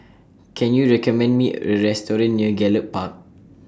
Can YOU recommend Me A Restaurant near Gallop Park